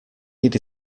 need